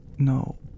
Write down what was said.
No